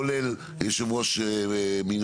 כולל יושב ראש מינהל,